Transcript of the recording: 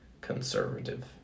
conservative